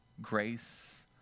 grace